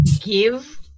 give